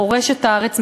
חורש את הארץ,